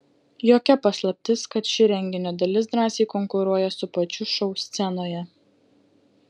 jokia paslaptis kad ši renginio dalis drąsiai konkuruoja su pačiu šou scenoje